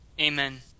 Amen